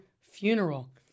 funeral